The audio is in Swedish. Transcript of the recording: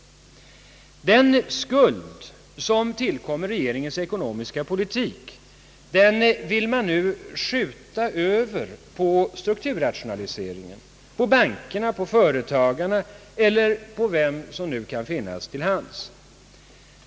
Den skuld som tillkommer regeringens ekonomiska politik vill man nu skjuta över på strukturrationaliseringen, på bankerna, på företagarna eller på vem som nu kan finnas till hands.